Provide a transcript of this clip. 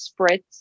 spritz